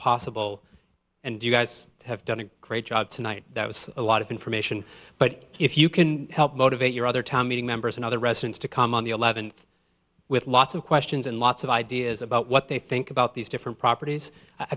possible and you guys have done a great job tonight that was a lot of information but if you can help motivate your other town meeting members and other residents to come on the eleventh with lots of questions and lots of ideas about what they think about these different properties i